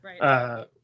Right